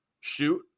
shoot